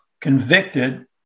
convicted